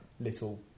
little